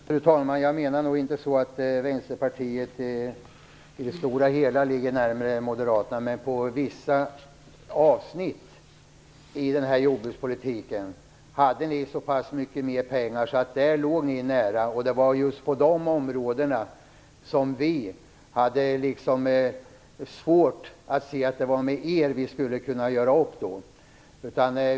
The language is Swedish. Fru talman! Jag menade nog inte att Vänsterpartiet i det stora hela ligger närmare Moderaterna, men i vissa avsnitt i jordbrukspolitiken hade ni så pass mycket mer pengar att ni låg nära. Det var just på de områdena som vi hade svårt att se att det var med er vi skulle kunna göra upp.